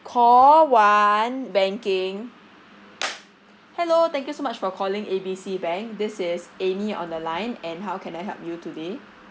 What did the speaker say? call one banking hello thank you so much for calling A B C bank this is amy on the line and how can I help you today